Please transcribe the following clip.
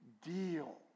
deal